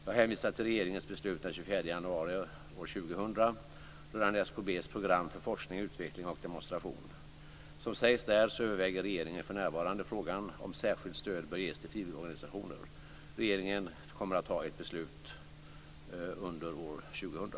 Jag hänvisar till regeringens beslut den 24 januari 2000 rörande SKB:s program för forskning, utveckling och demonstration. Som sägs där överväger regeringen för närvarande frågan om särskilt stöd bör ges till frivilligorganisationer. Regeringen kommer att ta ett beslut under år 2000.